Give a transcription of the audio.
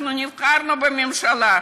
אנחנו נבחרנו לממשלה,